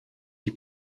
jej